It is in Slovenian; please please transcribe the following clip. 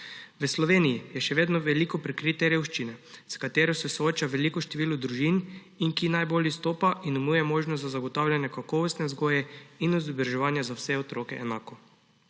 V Sloveniji je še vedno veliko prekrite revščine, s katero se sooča veliko število družin, ki najbolj izstopa in nimajo možnosti za zagotavljanje kakovostne vzgoje in izobraževanja za vse otroke enako.